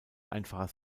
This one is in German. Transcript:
einfacher